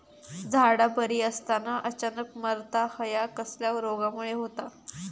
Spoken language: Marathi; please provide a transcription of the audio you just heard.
झाडा बरी असताना अचानक मरता हया कसल्या रोगामुळे होता?